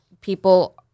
people